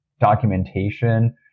documentation